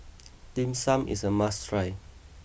Dim Sum is a must try